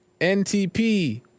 ntp